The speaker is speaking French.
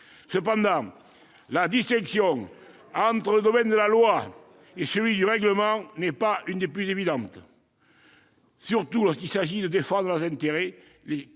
Cependant, la distinction entre le domaine de la loi et celui du règlement n'est pas des plus évidentes, surtout lorsqu'il s'agit de défendre des intérêts les